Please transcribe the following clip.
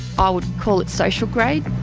i would call it social grade.